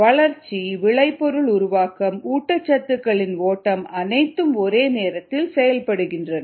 வளர்ச்சி விளைபொருள் உருவாக்கம் ஊட்டச்சத்துக்களின் ஓட்டம் அனைத்தும் ஒரே நேரத்தில் செயல்படுகின்றன